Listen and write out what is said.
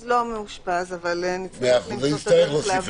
אז לא מאושפז, אבל נצטרך למצוא את הדרך להבהיר.